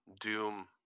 doom